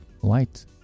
White